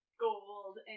gold